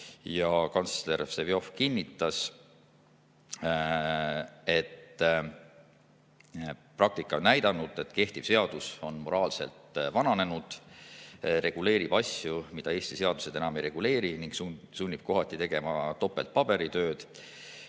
Kantsler Vseviov kinnitas, et praktika on näidanud, et kehtiv seadus on moraalselt vananenud, reguleerib asju, mida Eesti seadused enam ei reguleeri, ning sunnib kohati tegema topelt paberitööd